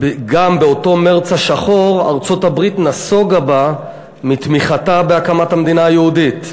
באותו מרס השחור גם ארצות-הברית נסוגה בה מתמיכתה בהקמת המדינה היהודית.